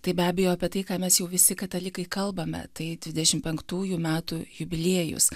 tai be abejo apie tai ką mes jau visi katalikai kalbame tai dvidešimt penktųjų metų jubiliejus